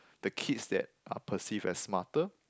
the kids that are perceived as smarter